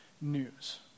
news